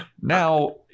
Now